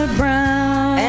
brown